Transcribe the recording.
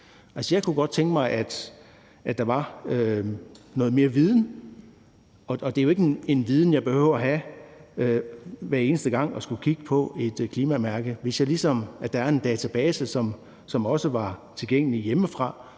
jeg kunne godt tænke mig, at der var noget mere viden, og det er jo ikke en viden, jeg behøver at have, hver eneste gang jeg skal kigge på et klimamærke. Hvis der var en database, som også var tilgængelig hjemmefra,